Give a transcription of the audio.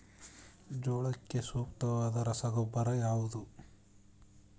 ಜೋಳಕ್ಕೆ ಸೂಕ್ತವಾದ ರಸಗೊಬ್ಬರ ಯಾವುದು?